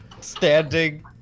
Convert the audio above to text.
standing